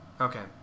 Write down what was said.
Okay